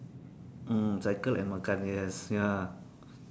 mm cycle and makan yes ya